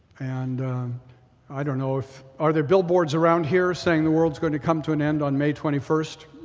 and i don't know if, are there billboards around here saying the world is going to come to an end on may twenty first?